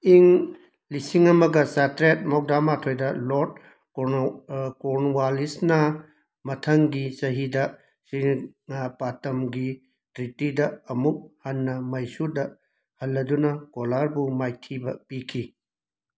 ꯏꯪ ꯂꯤꯁꯤꯡ ꯑꯃꯒ ꯆꯥꯇ꯭ꯔꯦꯠ ꯃꯧꯗ꯭ꯔꯥ ꯃꯥꯊꯣꯏꯗ ꯂꯣꯔꯗ ꯀꯣꯔꯅꯣ ꯀꯣꯔꯟꯋꯥꯂꯤꯁꯅꯥ ꯃꯊꯪꯒꯤ ꯆꯍꯤꯗ ꯁꯦꯔꯤꯡꯉꯥꯄꯥꯇꯝꯒꯤ ꯇ꯭ꯔꯤꯇꯤꯗ ꯑꯃꯨꯛ ꯍꯟꯅ ꯃꯥꯏꯁꯨꯔꯗ ꯍꯜꯂꯗꯨꯅ ꯀꯣꯂꯥꯔꯕꯨ ꯃꯥꯏꯊꯤꯕ ꯄꯤꯈꯤ